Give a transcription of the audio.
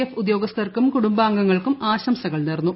F ഉദ്യോഗസ്ഥർക്കും കുടുംബാംഗങ്ങൾക്കും ആശംസകൾ നേർന്നു